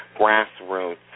grassroots